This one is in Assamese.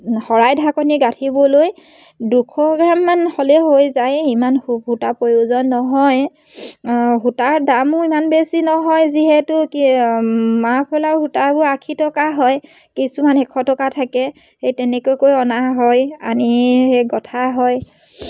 শৰাই ঢাকনি গাঁঠিবলৈ দুশ গ্ৰামমান হ'লে হৈ যায় ইমান সু সূতা প্ৰয়োজন নহয় সূতাৰ দামো ইমান বেছি নহয় যিহেতু কি মাফলাৰ সূতাবোৰ আশী টকা হয় কিছুমান এশ টকা থাকে সেই তেনেকৈকৈ অনা হয় আনি সেই গঁঠা হয়